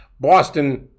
Boston